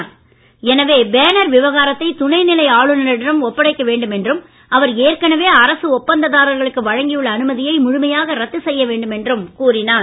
எனவே பேனர் விவகாரத்தை துணைநிலை ஆளுநரிடம் ஒப்படைக்க வேண்டும் என்றும் அவர் ஏற்கனவே அரசு ஒப்பந்ததாரர்களுக்கு வழங்கியுள்ள அனுமதியை முழுமையாக ரத்து செய்ய வேண்டும் என்றும் கூறினார்